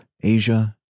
Asia